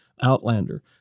Outlander